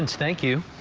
and steak you.